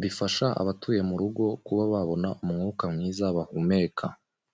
bifasha abatuye mu rugo, kuba babona umwuka mwiza bahumeka.